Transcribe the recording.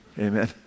Amen